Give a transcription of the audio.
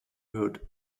hört